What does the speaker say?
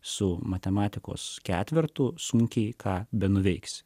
su matematikos ketvertu sunkiai ką benuveiksi